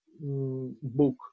book